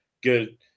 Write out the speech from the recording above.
good